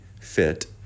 fit